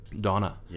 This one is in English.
Donna